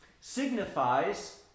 signifies